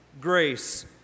grace